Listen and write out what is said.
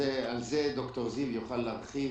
על זה ד"ר זיו יוכל להרחיב.